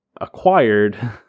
acquired